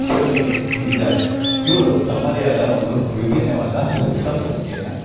ಸೋಲಿಗರು ಇದ್ದಾರೆ ಇವರು ತಮ್ಮದೇ ಅದ ಒಂದು ವಿಭಿನ್ನವಾದ ಸಂಸ್ಕೃತಿಯನ್ನು